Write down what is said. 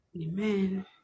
Amen